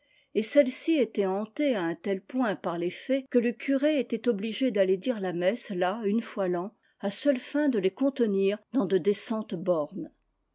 et celle-ci était hantée à un tel point par les fées que le curé était obligé d'aller dire la messe là une fois l'an à seules fins de les contenir dans de décentes bornes